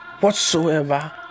whatsoever